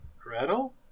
Gretel